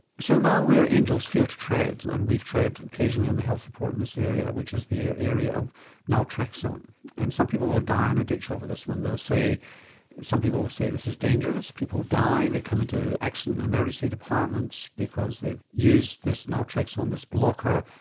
so now where angels fear to tread, and we've tread occasionally on the health report in this area which is the area of naltraxone and some people will die in a ditch over this one, they will say some people will say this is dangerous, people will die, they come into and emergency departments because they've used this naltraxone, this blocker,